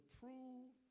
prove